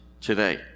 today